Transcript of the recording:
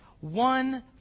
One